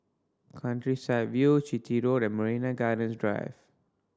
Countryside View Chitty Road and Marina Gardens Drive